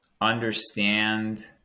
understand